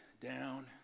down